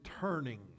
turning